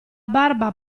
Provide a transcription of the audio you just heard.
barba